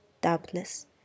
doubtless